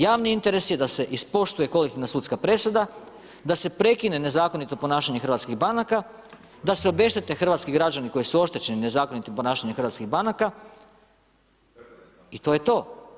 Javni interes je da se ispoštuje kolektivna sudska presuda, da se prekine nezakonito ponašanje hrvatskih banaka, da se obeštete hrvatski građani koji su oštećeni nezakonitim ponašanjem hrvatskih banaka i to je to.